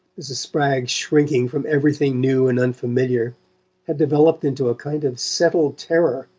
mrs. spragg's shrinking from everything new and unfamiliar had developed into a kind of settled terror,